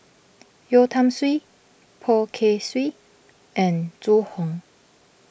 Yeo Tiam Siew Poh Kay Swee and Zhu Hong